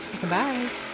Goodbye